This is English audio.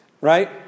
Right